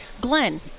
Glenn